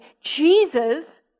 Jesus